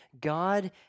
God